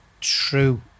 true